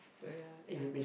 so yeah that kind of thing